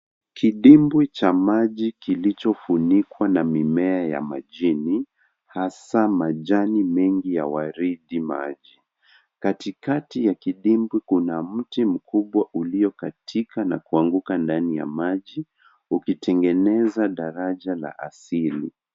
Kidimbwi cha maji kilichofunikwa na mimea ya majini hasa majani mengi ya waridi maji. Katikati ya kidimbwi kuna mti mkubwa uliokatika na kuanguka ndani ya maji ukitengeneza daraja la asili.